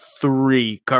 three